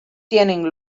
tienen